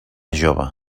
jove